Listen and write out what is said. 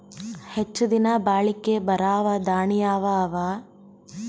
ಹೆಚ್ಚ ದಿನಾ ಬಾಳಿಕೆ ಬರಾವ ದಾಣಿಯಾವ ಅವಾ?